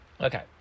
okay